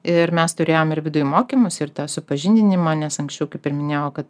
ir mes turėjom ir viduj mokymus ir tą supažindinimą nes anksčiau kaip ir minėjau kad